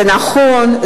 זה נכון,